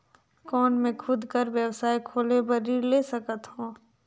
कौन मैं खुद कर व्यवसाय खोले बर ऋण ले सकत हो?